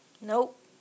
Nope